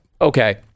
okay